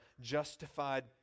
justified